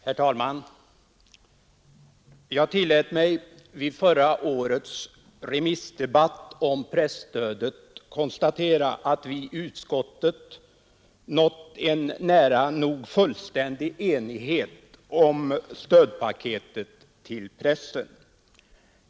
Herr talman! Jag tillät mig vid förra årets remissdebatt om presstödet konstatera att vi i utskottet nått en nära nog fullständig enighet om stödpaketet till pressen.